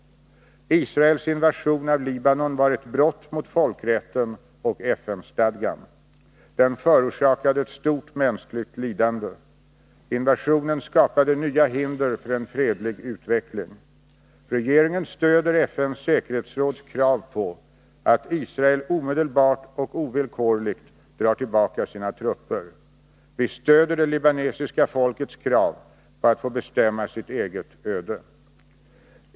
Israels invasion av Libanon var ett brott mot folkrätten och FN-stadgan. Den förorsakade ett stort mänskligt lidande. Invasionen skapade nya hinder för en fredlig utveckling. Regeringen stöder FN:s säkerhetsråds krav på att Israel omedelbart och ovillkorligt drar tillbaka sina trupper. Vi stöder det libanesiska folkets krav på att få bestämma sitt eget öde.